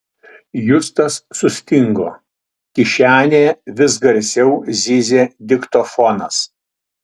justas sustingo kišenėje vis garsiau zyzė diktofonas